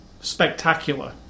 spectacular